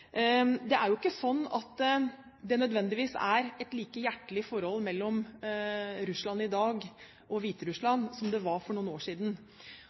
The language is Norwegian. Det er jo ikke sånn at det nødvendigvis er et like hjertelig forhold mellom Russland og Hviterussland i dag som det var for noen år siden.